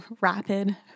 Rapid